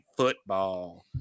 Football